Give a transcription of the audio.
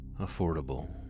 Affordable